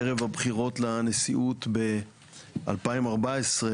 ערב הבחירות לנשיאות ב-2014,